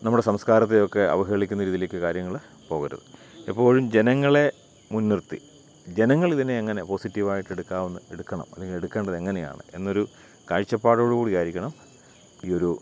നമ്മുടെ സംസ്കാരത്തെയൊക്കെ അവഹേളിക്കുന്ന രീതിയിലേക്ക് കാര്യങ്ങൾ പോകരുത് എപ്പോഴും ജനങ്ങളെ മുൻനിർത്തി ജനങ്ങൾ ഇതിനെ എങ്ങനെ പോസിറ്റീവായിട്ട് എടുക്കാമെന്ന് എടുക്കണം അല്ലെങ്കിൽ എടുക്കേണ്ടത് എങ്ങനെയാണ് എന്നൊരു കാഴ്ചപ്പാടിലൂടെ ആയിരിക്കണം ഈ ഒരു